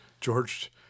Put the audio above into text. George